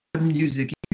Music